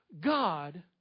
God